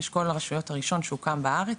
אשכול הרשויות הראשון שהוקם בארץ,